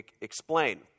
explain